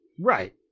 Right